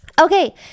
Okay